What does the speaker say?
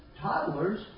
Toddlers